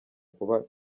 kuba